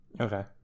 Okay